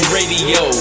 Radio